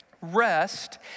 rest